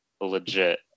legit